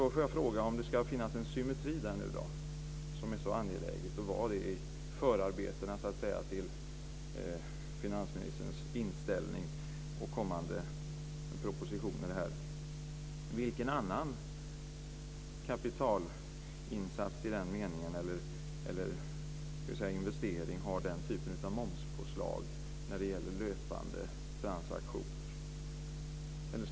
Då får jag fråga, om det ska finnas en symmetri, som var så angelägen i finansministerns inställning och i förarbetena till kommande proposition, vilken annan kapitalinsats eller investering i den meningen har den typen av momspåslag när det gäller löpande transaktioner?